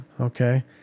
Okay